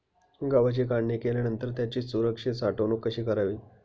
गव्हाची काढणी केल्यानंतर त्याची सुरक्षित साठवणूक कशी करावी?